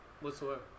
whatsoever